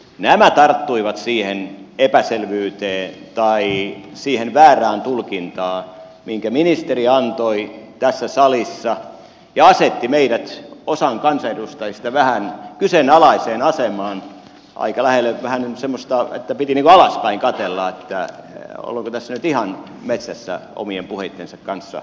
nämä tarttuivat siihen epäselvyyteen tai siihen väärään tulkintaan jonka ministeri antoi tässä salissa ja asetti osan meistä kansanedustajista vähän kyseenalaiseen asemaan aika lähelle vähän semmoista että piti niin kuin alaspäin katella että ollaanko tässä nyt ihan metsässä omien puheittensa kanssa